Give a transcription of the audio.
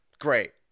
Great